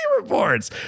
reports